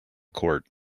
court